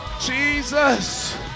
Jesus